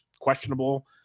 questionable